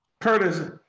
Curtis